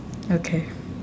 okay